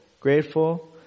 grateful